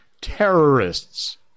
terrorists